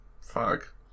fuck